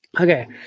Okay